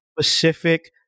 specific